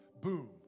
boom